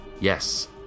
Yes